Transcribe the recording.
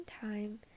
time